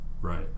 Right